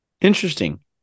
Interesting